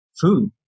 food